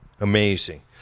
Amazing